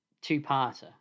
two-parter